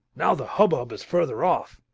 now the hubbub is further off!